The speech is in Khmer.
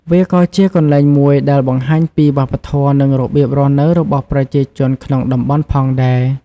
វាក៏ជាកន្លែងមួយដែលបង្ហាញពីវប្បធម៌ និងរបៀបរស់នៅរបស់ប្រជាជនក្នុងតំបន់ផងដែរ។